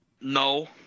No